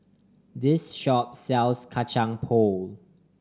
this shop sells Kacang Pool